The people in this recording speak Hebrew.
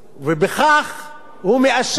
ובכך הוא מאשר